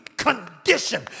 condition